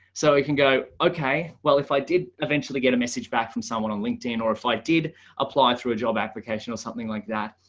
so you can go okay, well, if i did eventually get a message back from someone on linkedin or if i did apply through a job application or something like that.